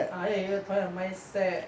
ah 要有一个同样的 mindset